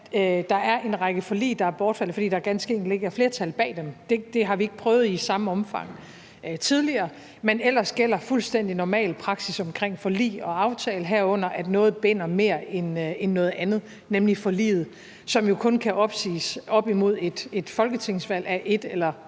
der er en række forlig, der er bortfaldet, fordi der ganske enkelt ikke er flertal bag dem. Det har vi ikke prøvet i samme omfang tidligere. Men ellers gælder fuldstændig normal praksis omkring forlig og aftaler, herunder at noget binder mere end noget andet, nemlig forliget, som jo kun kan opsiges op imod et folketingsvalg af et eller